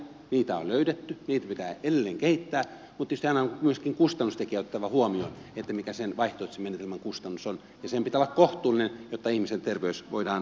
niitä on löydetty niitä pitää edelleen kehittää mutta tietysti aina on myöskin kustannustekijä otettava huomioon mikä sen vaihtoehtoisen menetelmän kustannus on ja sen pitää olla kohtuullinen jotta ihmisen terveys voidaan turvata